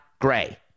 gray